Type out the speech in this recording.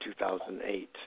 2008